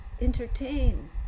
entertain